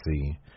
see